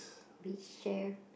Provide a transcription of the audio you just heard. beach chair